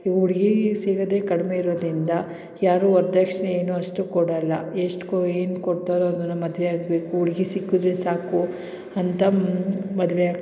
ಈ ಹುಡ್ಗೀ ಸಿಗೋದೆ ಕಡಿಮೆ ಇರೋದ್ರಿಂದ ಯಾರೂ ವರದಕ್ಷ್ಣೆ ಏನು ಅಷ್ಟು ಕೊಡಲ್ಲ ಎಷ್ಟು ಏನು ಕೊಡ್ತಾರೋ ಅದನ್ನು ಮದುವೆ ಆಗಬೇಕು ಹುಡ್ಗಿ ಸಿಕ್ಕಿದ್ರೆ ಸಾಕು ಅಂತ ಮದುವೆ